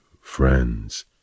friends